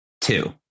two